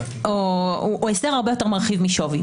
הוא הסדר הרבה יותר מרחיב משווי.